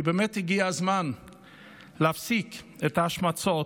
כי באמת הגיע הזמן להפסיק את ההשמצות,